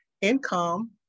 income